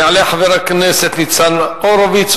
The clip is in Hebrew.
יעלה חבר הכנסת ניצן הורוביץ,